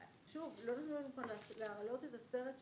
שוב, לא נתנו כאן להעלות את הסרט שהבאנו,